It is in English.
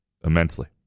immensely